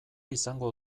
izango